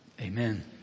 Amen